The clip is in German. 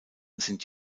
sind